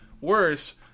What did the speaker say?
worse